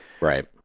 Right